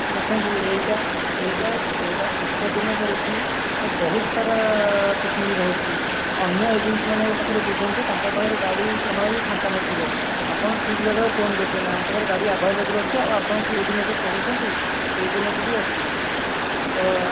ଦେଖନ୍ତୁ ଏଇଟା ଏଇଟା ଏଇଟା ଶୀତଦିନ ଚାଲିଛି ତ ବହୁତ ସାରା ପିକ୍ନିକ୍ ରହୁଛି ଅନ୍ୟ ଏଜେନ୍ସିମାନଙ୍କ ପାଖରେ ବୁଝନ୍ତୁ ତାଙ୍କ ପାଖରେ ଗାଡ଼ି ଜମା ବି ଫାଙ୍କା ନ ଥିବ ଆପଣ ଠିକ୍ ଜାଗାକୁ ଫୋନ୍ କରିଛନ୍ତି ଆମ ପାଖରେ ଗାଡ଼ି ଆଭେଲେବଲ୍ ଅଛି ଆଉ ଆପଣ ଯେଉଁ ଦିନକୁ କହୁଛନ୍ତି ସେହି ଦିନକୁ ବି ଅଛି ତ